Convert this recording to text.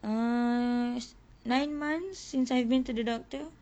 uh nine months since I've been to the doctor